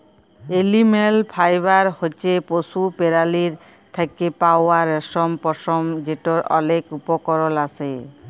animal fibre হছে পশু পেরালীর থ্যাকে পাউয়া রেশম, পশম যেটর অলেক উপকরল আসে